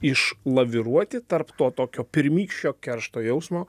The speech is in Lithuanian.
išlaviruoti tarp to tokio pirmykščio keršto jausmo